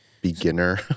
Beginner